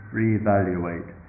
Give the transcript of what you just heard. reevaluate